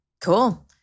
Cool